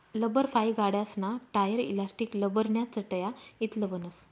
लब्बरफाइ गाड्यासना tyre, elastic, लब्बरन्या चटया इतलं बनस